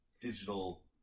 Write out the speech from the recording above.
digital